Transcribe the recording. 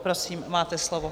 Prosím, máte slovo.